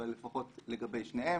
אבל לפחות לגבי שניהם,